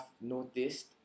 noticed